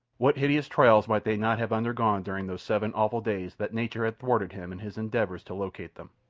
what hideous trials might they not have undergone during those seven awful days that nature had thwarted him in his endeavours to locate them?